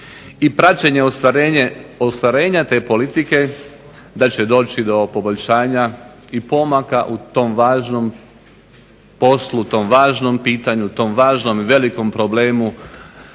i praćenja ostvarenja te politike da će doći do poboljšanja i pomaka u tom važnom poslu, u tom važnom pitanju, u tom važnom i velikom problemu